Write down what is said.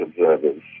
observers